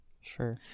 Sure